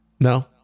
no